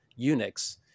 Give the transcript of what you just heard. Unix